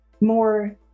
more